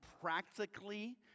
practically